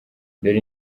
dore